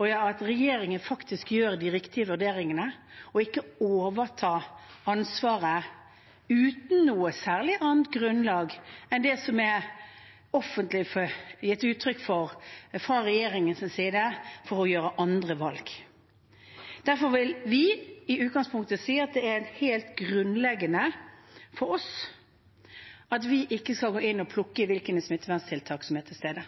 at regjeringen faktisk gjør de riktige vurderingene, og ikke overta ansvaret uten noe særlig annet grunnlag enn det som er offentlig gitt uttrykk for fra regjeringens side, for å gjøre andre valg. Derfor vil vi i utgangspunktet si at det er helt grunnleggende for oss at vi ikke skal gå inn og plukke hvilke smitteverntiltak som velges.